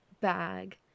bag